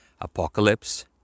apocalypse